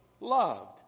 loved